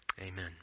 Amen